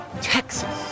Texas